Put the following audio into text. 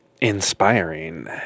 inspiring